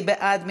מי בעד?